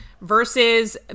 versus